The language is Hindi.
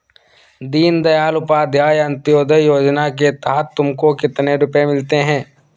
दीन दयाल उपाध्याय अंत्योदया योजना के तहत तुमको कितने रुपये मिलते हैं